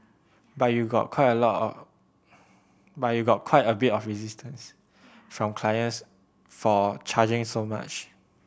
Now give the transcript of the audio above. but you got quite a lot of but you got quite a bit of resistance from clients for charging so much